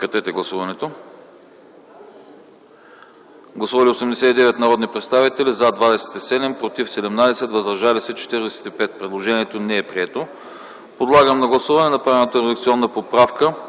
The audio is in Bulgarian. на гласуване. Гласували 89 народни представители: за 27, против 17, въздържали се 45. Предложението не е прието. Подлагам на гласуване направената редакционна поправка